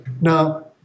Now